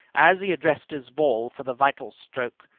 as he addressed his ball for the vital stroke,